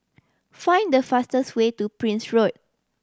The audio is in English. find the fastest way to Prince Road